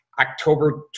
October